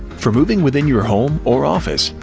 for moving within your home or office,